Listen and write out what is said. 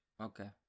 Okay